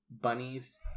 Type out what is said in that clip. Bunnies